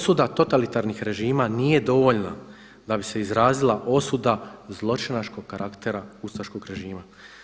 Osuda totalitarnih režima nije dovoljna da bi se izradila osuda zločinačkog karaktera ustaškog režima.